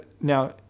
Now